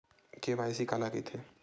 KYC काला कइथे?